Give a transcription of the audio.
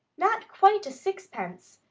not quite a sixpence,